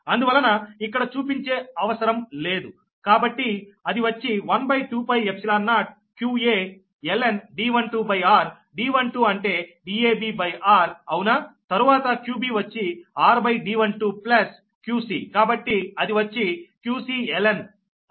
అందువలన ఇక్కడ చూపించే అవసరం లేదు కాబట్టి అది వచ్చి 12πϵ qa ln D12r D12 అంటే Dabrఅవునా తరువాత qbవచ్చి rD12ప్లస్ qcకాబట్టి అది వచ్చి qclnD23D31